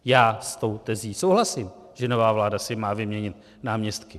Já s tou tezí souhlasím, že nová vláda si má vyměnit náměstky.